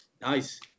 Nice